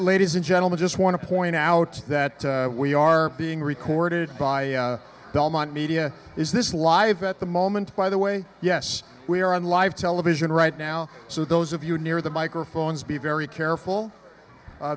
ladies and gentlemen just want to point out that we are being recorded by belmont media is this live at the moment by the way yes we are on live television right now so those of you near the microphones be very careful